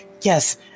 yes